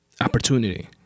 Opportunity